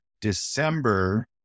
December